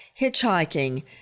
hitchhiking